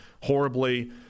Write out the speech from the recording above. horribly